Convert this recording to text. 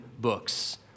books